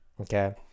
okay